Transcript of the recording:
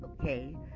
Okay